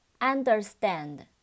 Understand